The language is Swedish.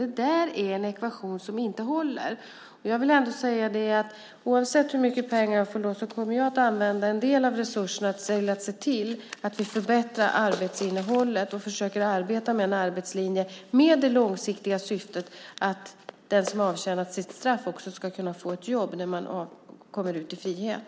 Det är en ekvation som inte håller. Jag vill ändå säga att oavsett hur mycket pengar det blir så kommer jag att använda en del av resurserna till att se till att vi förbättrar arbetsinnehållet och försöker arbeta med en arbetslinje med det långsiktiga syftet att den som avtjänat sitt straff också ska kunna få ett jobb när han eller hon kommer ut i frihet.